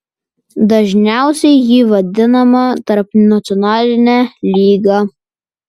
dažniausiai ji vadinama tarpnacionaline lyga